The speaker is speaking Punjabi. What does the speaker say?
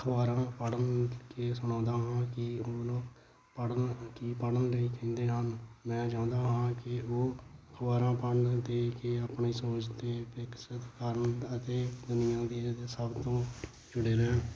ਅਖਬਾਰਾਂ ਪੜ੍ਹ ਕੇ ਸੁਣਾਉਂਦਾ ਹਾਂ ਕਿ ਉਹ ਮੈਨੂੰ ਪੜ੍ਹਨ ਕੀ ਪੜ੍ਹਨ ਲਈ ਕਹਿੰਦੇ ਹਨ ਮੈਂ ਚਾਹੁੰਦਾ ਹਾਂ ਕਿ ਉਹ ਅਖਬਾਰਾਂ ਪੜ੍ਹਨ ਅਤੇ ਕੇ ਆਪਣੀ ਸੋਚ ਵਿਕਸਿਤ ਕਰਨ ਅਤੇ ਦੁਨੀਆਂ ਦੀ ਸਭ ਤੋਂ ਜੁੜੇ ਰਹਿਣ